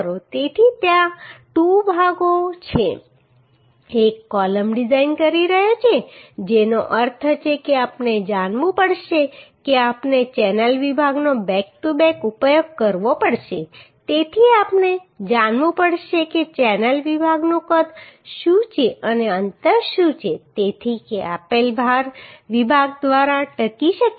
તેથી ત્યાં 2 ભાગો છે એક કોલમ ડિઝાઇન કરી રહ્યો છે જેનો અર્થ છે કે આપણે જાણવું પડશે કે આપણે ચેનલ વિભાગનો બેક ટુ બેક ઉપયોગ કરવો પડશે તેથી આપણે જાણવું પડશે કે ચેનલ વિભાગનું કદ શું છે અને અંતર શું છે તેથી કે આપેલ ભાર વિભાગ દ્વારા ટકી શકે છે